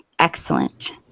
excellent